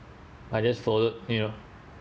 I just followed you know